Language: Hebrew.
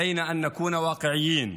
עלינו להיות מציאותיים.